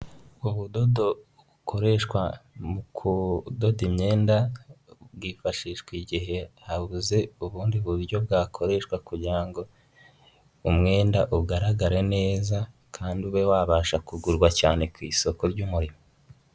Ubudodo bukoreshwa mu kudoda imyenda, bwifashishwa igihe habuze ubundi buryo bwakoreshwa kugira ngo umwenda ugaragare neza kandi ube wabasha kugurwa cyane ku isoko ry'umurimo.